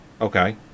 Okay